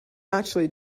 actually